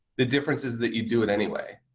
the difference is that you do it anyway.